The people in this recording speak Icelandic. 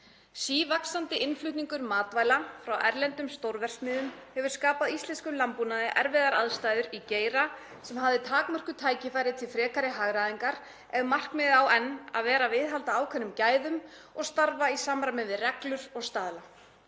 Sívaxandi innflutningur matvæla frá erlendum stórverksmiðjum hefur skapað íslenskum landbúnaði erfiðar aðstæður í geira sem hafði takmörkuð tækifæri til frekari hagræðingar ef markmiðið á enn að vera að viðhalda ákveðnum gæðum og starfa í samræmi við reglur og staðla.